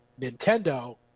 Nintendo